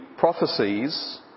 Prophecies